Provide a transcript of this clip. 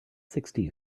sixty